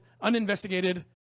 uninvestigated